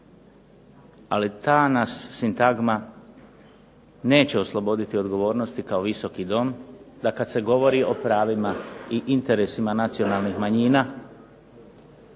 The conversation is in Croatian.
Ali, ta nas sintagma neće osloboditi odgovornosti kao Visoki dom da kad se govori o pravima i interesima nacionalnih manjina